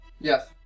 Yes